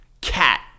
cat